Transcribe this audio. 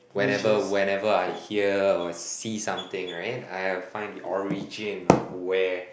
whenever whenever I hear or see something right I'll find the origin of where